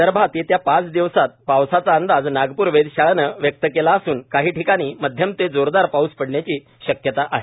विदर्भात येत्या पाच दिवस पावसाचा अंदाज नागपूर वेधशाळेनं व्यक्त केला असून काही ठिकाणी मध्यम ते जोराचा पाऊस पडण्याची शक्यता आहे